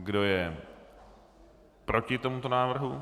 Kdo je proti tomuto návrhu?